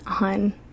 on